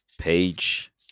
page